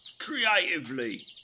creatively